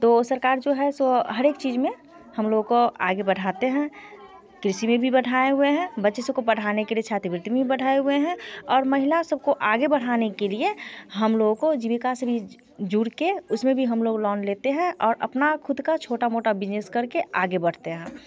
तो सरकार जो है सो हर एक चीज़ में हम लोगों को आगे बढ़ाती है कृषि में भी बढ़ाए हुए हैं बच्चे सब को पढ़ाने के लिए छात्रवृत्ति में बढ़ाए हुए हैं और महिला सब को आगे बढ़ाने के लिए हम लोगों को जीविका से भी जुड़ कर उस में भी हम लोग लौन लेते हैं और अपना ख़ुद का छोटा मोटा बिजनेस कर के आगे बढ़ते हैं